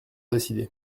décidé